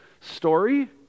story